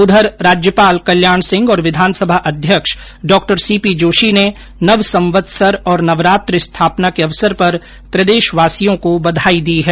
उधर राज्यपाल कल्याण सिंह और विधानसभा अध्यक्ष डॉ सी पी जोशी ने नव संवत्सर और नवरात्र स्थापना के अवसर पर प्रदेशवासियों को बधाई दी है